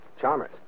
Chalmers